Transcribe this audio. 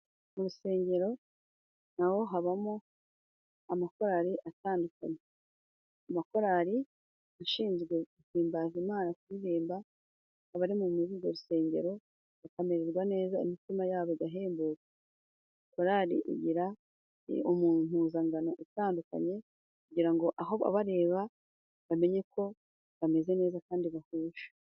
Mu rusengero naho habamo amakorali atandukanye. Amakorali ashinzwe guhimbaza Imana, kuririmba abari muri urwo rusengero bakamererwa neza, imitima yabo igahembuka. Korali igira impuzangano itandukanye, kugira ngo aho abareba bamenye ko bameze neza kandi bahuje.